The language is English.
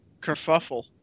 Kerfuffle